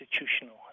institutional